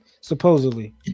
supposedly